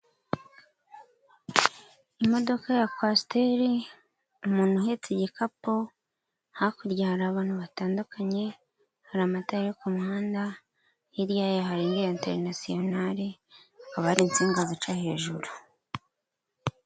Imodoka ya kwasiteri, umuntu uhetse igikapo, hakurya hari abantu batandukanye, hari amatara yo ku muhanda, hirya yayo hari indi internetionare, hakaba hari insinga zica hejuru.